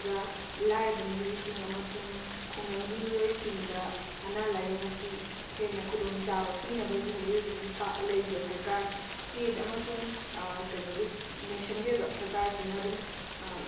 ꯑꯗꯨꯒ ꯂꯥꯏꯔꯕ ꯃꯤꯌꯣꯏꯁꯤꯡ ꯑꯃꯁꯨꯡ ꯈꯨꯡꯒꯪꯒꯤ ꯃꯤꯌꯣꯏꯁꯤꯡꯗ ꯑꯅꯥ ꯂꯥꯌꯦꯡ ꯑꯁꯤ ꯍꯦꯟꯅ ꯈꯨꯗꯣꯡꯆꯥꯕ ꯄꯤꯅꯕꯖꯦ ꯍꯧꯖꯤꯛ ꯍꯧꯖꯤꯛꯀꯤ ꯄ ꯂꯩꯔꯤꯕ ꯁꯔꯀꯥꯔ ꯁ꯭ꯇꯦꯠ ꯑꯃꯁꯨꯡ ꯀꯩꯅꯣꯒꯤ ꯅꯁꯟꯒꯤ ꯑꯣꯏꯕ ꯁꯔꯀꯥꯔ ꯑꯁꯤꯅ ꯑꯗꯨꯝ